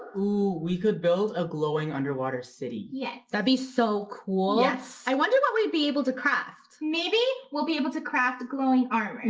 ah ooh, we could build a glowing underwater city. yeah. that'd be so cool. yes. i wonder what we'd be able to craft? maybe, we'll be able to craft glowing armor. mmm. ooh!